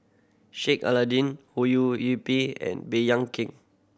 Sheik Alau'ddin Ho Yee Ping and Baey Yam Keng